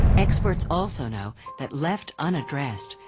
experts also know that left unaddressed,